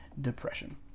depression